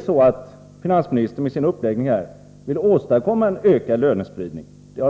fråga till finansministern. Den gällde om han genom sin uppläggning vill åstadkomma en ökad lönespridning.